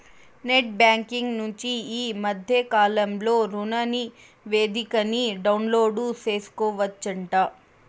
net banking నుంచి ఈ మద్దె కాలంలో రుణనివేదికని డౌన్లోడు సేసుకోవచ్చంట